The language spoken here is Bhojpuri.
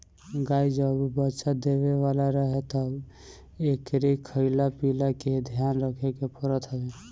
गाई जब बच्चा देवे वाला रहे तब एकरी खाईला पियला के ध्यान रखे के पड़त हवे